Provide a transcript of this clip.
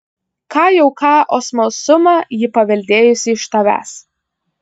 ką jau ką o smalsumą ji paveldėjusi iš tavęs